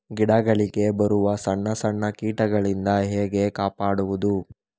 ಗಿಡಗಳಿಗೆ ಬರುವ ಸಣ್ಣ ಸಣ್ಣ ಕೀಟಗಳಿಂದ ಹೇಗೆ ಕಾಪಾಡುವುದು?